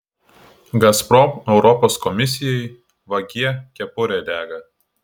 gazprom europos komisijai vagie kepurė dega